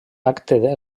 acte